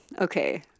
Okay